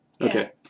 okay